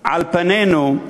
על פנינו,